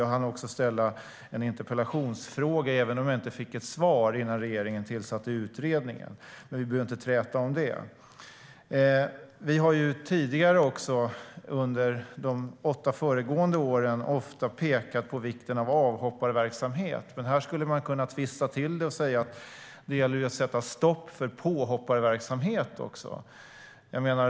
Jag hann också ställa en interpellation, även om jag inte fick svar innan regeringen tillsatte utredningen - men vi behöver inte träta om det. Vi pekade under de åtta föregående åren ofta på vikten av avhopparverksamhet. Här skulle man kunna twista till det och säga att det gäller att sätta stopp för påhopparverksamhet.